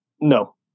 No